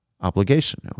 obligation